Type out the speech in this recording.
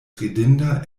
ridinda